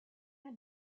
had